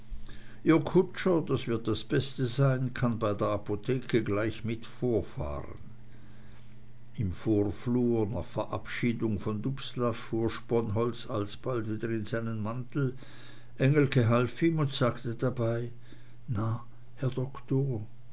ihr kutscher das wird das beste sein kann bei der apotheke gleich mit vorfahren im vorflur nach verabschiedung von dubslav fuhr sponholz alsbald wieder in seinen mantel engelke half ihm und sagte dabei na herr doktor